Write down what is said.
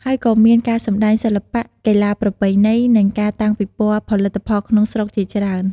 ហើយក៏មានការសម្តែងសិល្បៈ កីឡាប្រពៃណី និងការតាំងពិព័រណ៍ផលិតផលក្នុងស្រុកជាច្រើន។